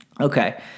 okay